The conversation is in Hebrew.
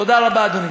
תודה רבה, אדוני.